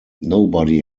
nobody